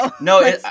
No